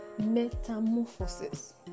Metamorphosis